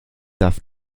darf